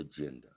agenda